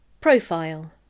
Profile